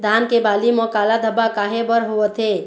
धान के बाली म काला धब्बा काहे बर होवथे?